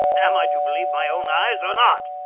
am i to believe my own eyes or not?